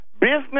Business